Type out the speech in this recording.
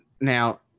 Now